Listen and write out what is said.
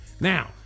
now